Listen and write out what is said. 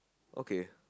okay